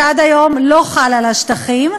שעד היום לא חל על השטחים.